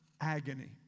agony